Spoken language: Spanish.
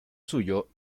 suyo